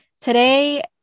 today